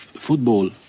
Football